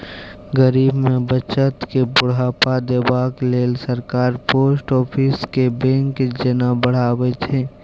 गरीब मे बचत केँ बढ़ावा देबाक लेल सरकार पोस्ट आफिस केँ बैंक जेना बढ़ाबै छै